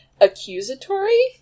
accusatory